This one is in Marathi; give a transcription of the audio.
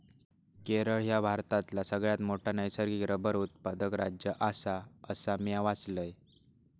केरळ ह्या भारतातला सगळ्यात मोठा नैसर्गिक रबर उत्पादक राज्य आसा, असा म्या वाचलंय